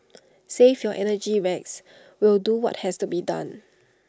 save your energy Rex we'll do what has to be done